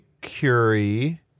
Curie